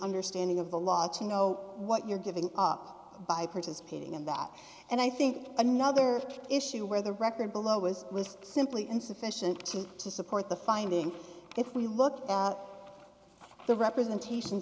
understanding of the law to know what you're giving up by participating in that and i think another issue where the record below was was simply insufficient to support the finding if we look the representation